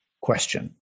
question